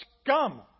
scum